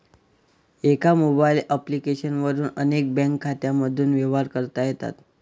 एका mobile application वरून अनेक बँक खात्यांमधून व्यवहार करता येतात